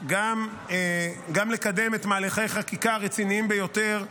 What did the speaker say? גם לקדם מהלכי חקיקה רציניים ביותר,